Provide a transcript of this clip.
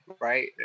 right